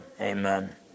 amen